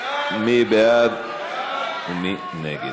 מי בעד ומי נגד?